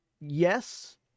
yes